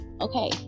Okay